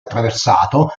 attraversato